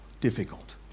difficult